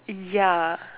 ya